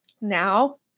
now